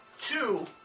Two